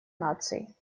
наций